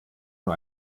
nur